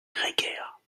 grégaire